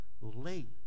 late